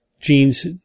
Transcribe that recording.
genes